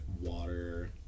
water